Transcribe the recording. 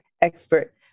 expert